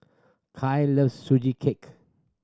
Kai loves Sugee Cake